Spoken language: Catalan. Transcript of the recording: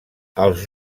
els